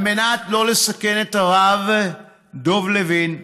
על מנת לא לסכן את הרב דב לוין,